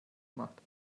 macht